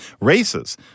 races